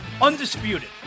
undisputed